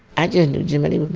i just knew jimmie lee would be